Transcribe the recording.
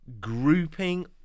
grouping